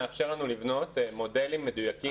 מאפשר לנו לבנות מודלים מדויקים.